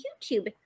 YouTube